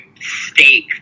steak